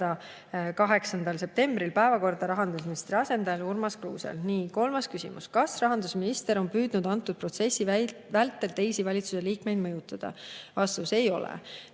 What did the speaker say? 8. septembril päevakorda rahandusministri asendajal Urmas Kruusel. Nii. Kolmas küsimus: "Kas rahandusminister on püüdnud antud protsessi vältel teisi valitsuse liikmeid mõjutada?" Vastus: ei ole.